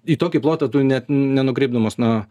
į tokį plotą tu net nenukrypdamas nuo